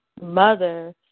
mother